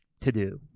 to-do